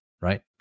right